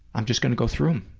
i'm just going to go through them,